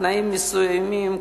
תנאים מסוימים,